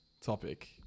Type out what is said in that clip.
topic